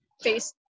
face